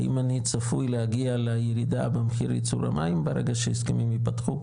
האם אני צפוי להגיע לירידה במחיר ייצור המים ברגע שההסכמים ייפתחו,